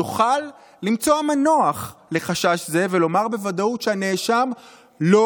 יוכל למצוא מנוח לחשש זה ולומר בוודאות שהנאשם לא